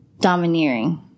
domineering